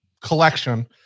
collection